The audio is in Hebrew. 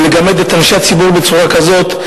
לגמד את אנשי הציבור בצורה כזאת,